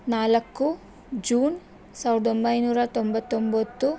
ನಾಲ್ಕು ಜೂನ್ ಸಾವಿರದೊಂಬೈನೂರ ತೊಂಬತ್ತೊಂಬತ್ತು